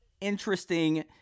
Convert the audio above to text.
interesting